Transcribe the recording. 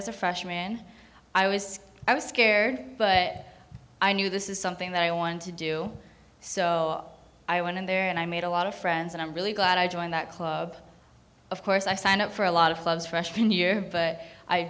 as a freshmen i was i was scared but i knew this is something that i wanted to do so i went in there and i made a lot of friends and i'm really glad i joined that club of course i signed up for a lot of clubs freshman year but i